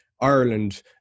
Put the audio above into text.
Ireland